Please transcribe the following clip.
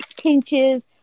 pinches